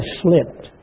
slipped